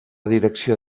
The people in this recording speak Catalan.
direcció